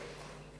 2010,